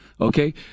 Okay